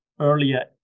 Earlier